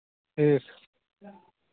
ठीक